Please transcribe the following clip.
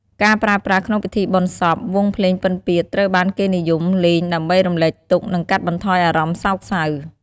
ការប្រើប្រាស់ក្នុងពិធីបុណ្យសព វង់ភ្លេងពិណពាទ្យត្រូវបានគេនិយមលេងដើម្បីរំលែកទុក្ខ និងកាត់បន្ថយអារម្មណ៍សោកសៅ។